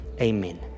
Amen